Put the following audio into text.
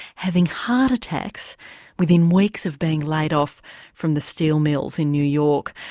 having heart attacks within weeks of being laid off from the steel mills in new york.